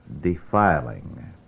defiling